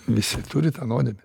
visi turi tą nuodėmę